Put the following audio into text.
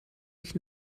ich